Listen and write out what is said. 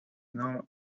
known